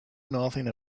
nothing